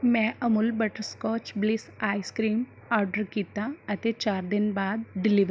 ਮੈਂ Amul butterscotch bliss ice cream order ਕੀਤਾ ਅਤੇ ਚਾਰ ਦਿਨ ਬਾਅਦ ਡਿਲੀਵਰ ਕੀਤਾ